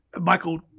Michael